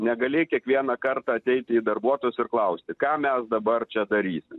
negali kiekvieną kartą ateiti į darbuotojus ir klausti ką mes dabar čia darysim